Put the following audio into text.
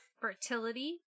fertility